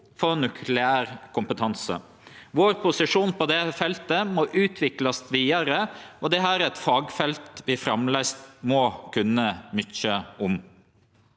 for nukleær kompetanse. Vår posisjon på det feltet må utviklast vidare, og dette er eit fagfelt vi framleis må kunne mykje om.